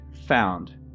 found